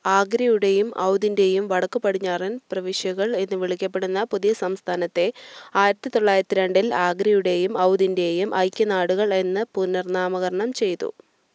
ആഗ്രയുടെയും ഔധിന്റെയും വടക്ക് പടിഞ്ഞാറൻ പ്രവിശ്യകൾ എന്ന് വിളിക്കപ്പെടുന്ന പുതിയ സംസ്ഥാനത്തെ ആയിരത്തി തൊള്ളായിരത്തി രണ്ടിൽ ആഗ്രയുടെയും ഔധിന്റെയും ഐക്യനാടുകൾ എന്ന് പുനർനാമകരണം ചെയ്തു